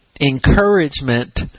encouragement